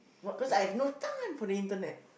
because I have no time for the internet